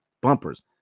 bumpers